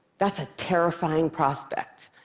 that's a terrifying prospect.